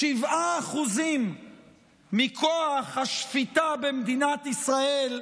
7% מכוח השפיטה במדינת ישראל,